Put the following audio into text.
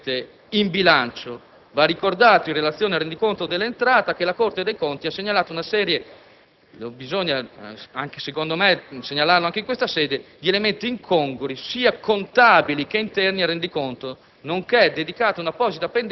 delle previsioni iscritte in bilancio. Va ricordato, in relazione al rendiconto dell'entrata, che la Corte dei conti ha segnalato - bisogna, secondo me, segnalarlo anche in questa sede - una serie di elementi incongrui, sia contabili che interni al rendiconto,